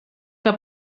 que